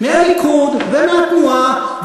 מהליכוד ומהתנועה.